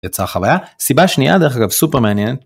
יצאה חוויה, סיבה שנייה דרך אגב סופר מעניין